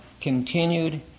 continued